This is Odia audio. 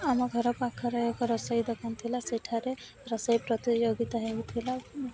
ଆମ ଘର ପାଖରେ ଏକ ରୋଷେଇ ଦୋକାନ ଥିଲା ସେଠାରେ ରୋଷେଇ ପ୍ରତିଯୋଗିତା ହେଉଥିଲା